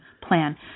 plan